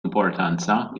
importanza